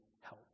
help